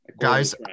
Guys